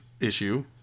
issue